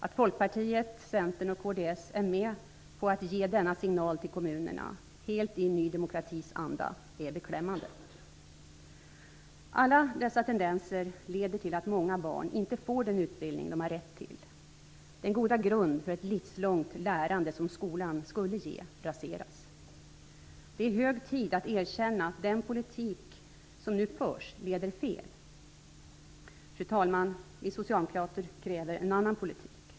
Att Folkpartiet, Centern och kds är med på att ge denna signal till kommunerna -- helt i Ny demokratis anda -- är beklämmande. Alla dessa tendenser leder till att många barn inte får den utbildning som de har rätt till. Den goda grund för ett livslångt lärande som skolan skulle ge raseras. Det är hög tid att erkänna att den politik som nu förs leder fel. Fru talman! Vi socialdemokrater kräver en annan politik.